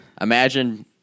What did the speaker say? Imagine